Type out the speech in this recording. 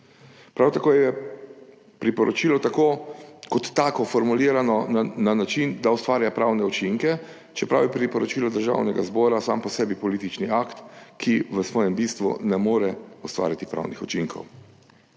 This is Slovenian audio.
Prav tako je priporočilo tako kot tako formulirano na način, da ustvarja pravne učinke, čeprav je priporočilo Državnega zbora sam po sebi politični akt, ki v svojem bistvu ne more ustvariti pravnih učinkov.